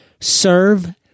serve